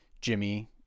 Jimmy